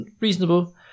reasonable